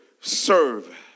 serve